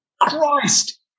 Christ